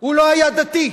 הוא לא היה דתי,